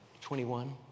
Twenty-one